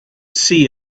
see